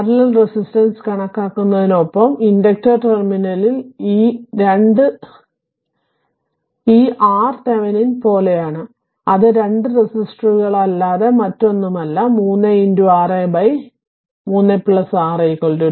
parallel resistance കണക്കാക്കുന്നതിനൊപ്പം inductor ടെർമിനലിൽ ഇത് ഈ R തെവെനിൻ പോലെയാണ് അത് 2 റെസിസ്റ്ററുകളല്ലാതെ മറ്റൊന്നുമല്ല 3 6 6 2